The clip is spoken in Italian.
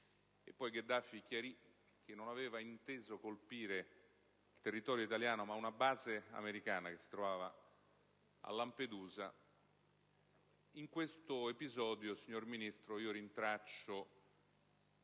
Gheddafi chiarì che non aveva inteso colpire il territorio italiano, bensì una base americana che si trovava a Lampedusa - in quell'episodio, signor Ministro, io rintraccio